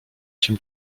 się